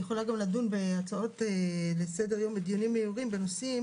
היא גם יכולה לדון בהצעות-לסדר יום בדיונים מהירים בנושאים